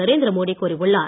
நரேந்திர மோடி கூறியுள்ளார்